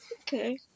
Okay